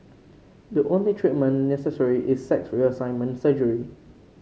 the only treatment necessary is sex reassignment surgery